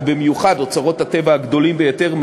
ובמיוחד אוצרות הטבע הגדולים ביותר,